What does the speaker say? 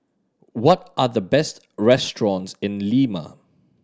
what are the best restaurants in Lima